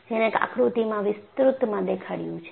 જેને આકૃતિમાં વિસ્તૃતમાં દેખાડ્યું છે